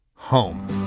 Home